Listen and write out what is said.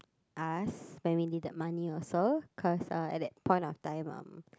us when we needed money also cause uh at that point of time um